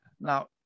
Now